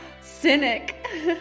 Cynic